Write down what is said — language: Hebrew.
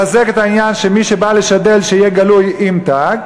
לחזק את העניין שמי שבא לשדל, שיהיה גלוי עם תג.